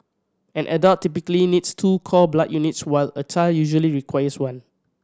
an adult typically needs two cord blood units while a child usually requires one